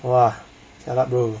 !wah! jialat bro